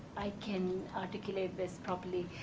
i can articulate this properly.